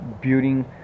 building